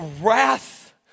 wrath